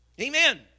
Amen